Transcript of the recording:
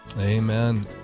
Amen